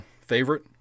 favorite